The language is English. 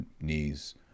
knees